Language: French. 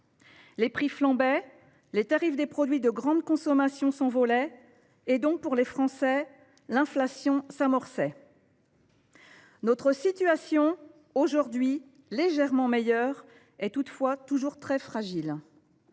Les prix flambaient, les tarifs des produits de grande consommation s’envolaient ; pour les Français, l’inflation s’amorçait. Notre situation actuelle est légèrement meilleure, mais elle reste toujours fragile.